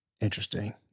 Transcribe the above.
Interesting